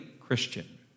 Christian